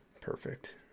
perfect